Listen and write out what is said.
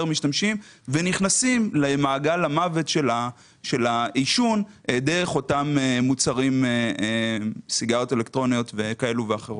נכנסים למעגל המוות של העישון דרך סיגריות אלקטרוניות כאלו ואחרות.